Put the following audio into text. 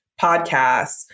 podcasts